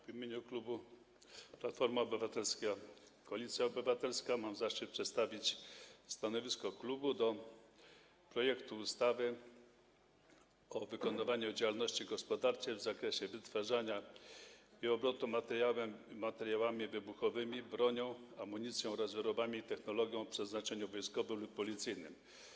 W imieniu klubu Platforma Obywatelska - Koalicja Obywatelska mam zaszczyt przedstawić stanowisko klubu wobec projektu ustawy o wykonywaniu działalności gospodarczej w zakresie wytwarzania i obrotu materiałami wybuchowymi, bronią, amunicją oraz wyrobami i technologią o przeznaczeniu wojskowym lub policyjnym.